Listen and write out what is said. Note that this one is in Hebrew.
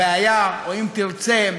הבעיה, אם תרצה,